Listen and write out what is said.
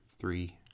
Three